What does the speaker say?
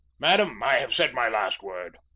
madam, i have said my last word.